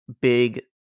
big